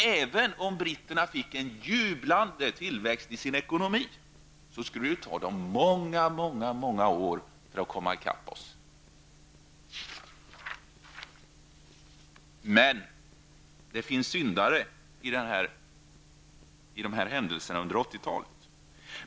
Även om britterna fick en jublande tillväxt i sin ekonomi, skulle det ta dem många år att komma ikapp oss. Men det finns syndare bland händelserna under 80 talet.